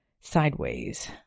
sideways